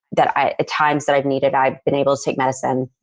that i, at times that i've needed i've been able to take medicine.